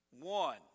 One